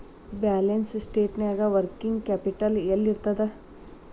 Balance ಶೇಟ್ನ್ಯಾಗ working capital ಯೆಲ್ಲಿರ್ತದ?